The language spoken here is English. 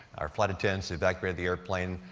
our flight attendants evacuated the airplane.